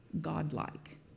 godlike